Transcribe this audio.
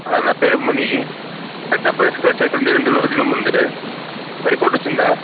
నా పేరు మణి రక్త పరీక్షలు చేకుండే రెండు రోజుల ముందే రిపోర్ట్ వచ్చిందా